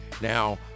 Now